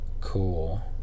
Cool